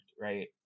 right